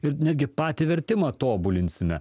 ir netgi patį vertimą tobulinsime